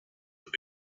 have